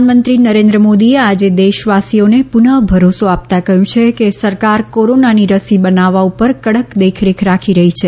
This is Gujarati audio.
પ્રધાનમંત્રી નરેન્દ્ર મોદીએ આજે દેશવાસીઓને પુનઃ ભરોસો આપતાં કહ્યું છે કે સરકાર કોરોનાની રસી બનાવવા ઉપર કડક દેખરેખ રાખી રહી છે